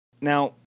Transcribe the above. Now